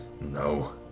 No